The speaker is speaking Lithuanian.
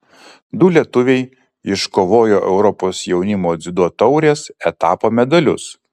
du lietuviai iškovojo europos jaunimo dziudo taurės etapo medalius